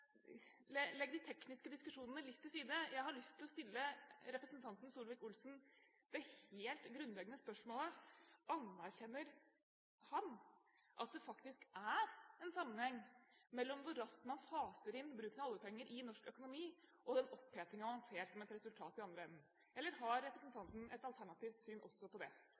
de tekniske diskusjonene litt til side. Jeg har lyst til å stille representanten Ketil Solvik-Olsen det helt grunnleggende spørsmålet: Anerkjenner han at det faktisk er en sammenheng mellom hvor raskt man faser inn bruken av oljepenger i norsk økonomi, og den opphetingen han ser som et resultat i den andre enden? Eller har representanten et alternativt syn også på det?